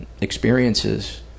experiences